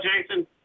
Jason